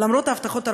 למרות ההבטחות הרבות,